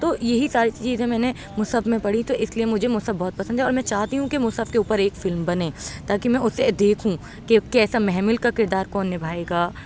تو یہی ساری چیزیں جیسے میں نے مصحف میں پڑھی تو اس لیے مجھے مصحف بہت پسند ہے اور میں چاہتی ہوں کہ مصحف کے اوپر ایک فلم بنے تاکہ میں اسے دیکھوں کہ کیسا محمل کا کردار کون نبھائے گا